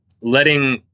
letting